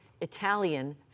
Italian